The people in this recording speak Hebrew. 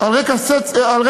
על רקע חברתי-כלכלי,